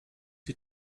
sie